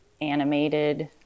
animated